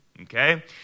Okay